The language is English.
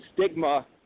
stigma